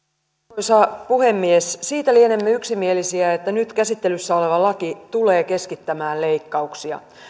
arvoisa puhemies siitä lienemme yksimielisiä että nyt käsittelyssä oleva laki tulee keskittämään leikkauksia